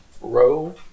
row